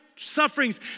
sufferings